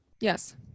yes